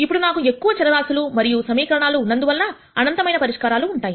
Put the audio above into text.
ఇప్పుడు నాకు ఎక్కువ చరరాశులు మరియు సమీకరణాలు ఉన్నందువల్ల అనంతమైన పరిష్కారాలు ఉంటాయి